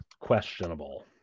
questionable